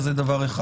זה דבר אחד.